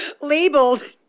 labeled